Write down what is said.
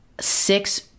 six